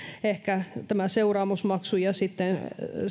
ehkä tämä seuraamusmaksu ja sitten